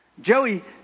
Joey